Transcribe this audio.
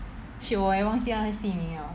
shit 我也忘记那个戏名了